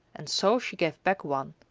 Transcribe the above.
and so she gave back one.